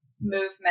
movement